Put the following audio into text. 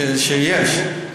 שיש?